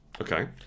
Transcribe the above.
Okay